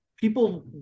people